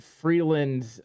Freeland